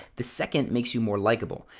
the second makes you more likable.